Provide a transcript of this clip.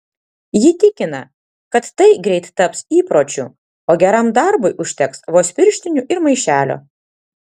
ji tikina kad tai greit taps įpročiu o geram darbui užteks vos pirštinių ir maišelio